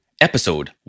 episode